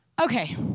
Okay